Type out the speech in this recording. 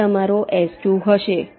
આ તમારો S2 હશે